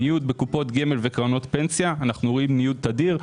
ניוד בקופות גמל וקרנות פנסיה אנחנו רואים ניוד תדיר.